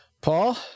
Paul